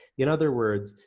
in other words,